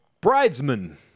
Bridesman